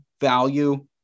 value